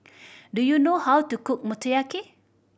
do you know how to cook Motoyaki